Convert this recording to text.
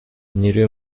نیروی